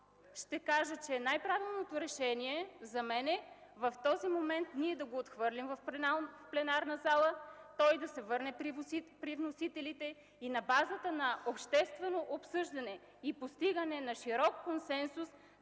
Ще кажа, че най правилното решение за мен в този момент е ние да го отхвърлим в пленарната зала, той да се върне при вносителите и на базата на обществено обсъждане и постигане на широк консенсус,